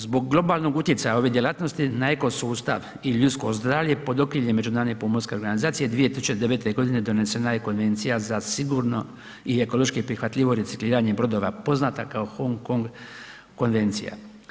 Zbog globalnog utjecaja ove djelatnosti na eko sustav i ljudsko zdravlje pod okriljem međunarodne pomorske organizacije 2009.g. donesena je Konvencija za sigurno i ekološki prihvatljivo recikliranje brodova poznata kao Hong Kong Konvencija.